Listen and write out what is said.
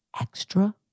extra